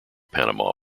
panama